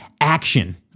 action